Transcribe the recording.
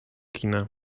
kina